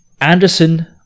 Anderson